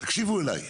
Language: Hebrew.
תקשיבו אליי,